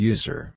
User